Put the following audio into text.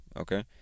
Okay